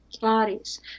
Bodies